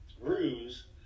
ruse